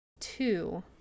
two